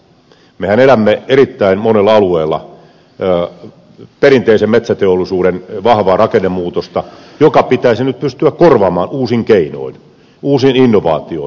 mehän elämme erittäin monella alueella perinteisen metsäteollisuuden vahvaa rakennemuutosta joka pitäisi nyt pystyä korvaamaan uusin keinoin uusin innovaatioin